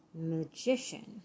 Magician